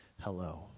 hello